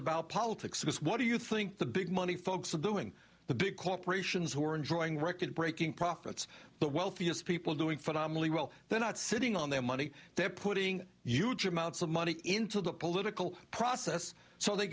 about politics what do you think the big money folks are doing the big corporations who are enjoying record breaking profits the wealthiest people doing phenomenally well they're not sitting on their money they're putting huge amounts of money into the political process so they